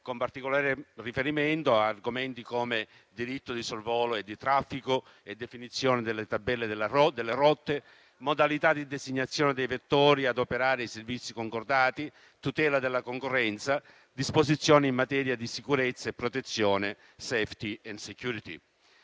con particolare riferimento ad argomenti come il diritto di sorvolo e di traffico, la definizione delle tabelle delle rotte, le modalità di designazione dei vettori ad operare i servizi concordati, la tutela della concorrenza, le disposizioni in materia di sicurezza e protezione (*safety and security*).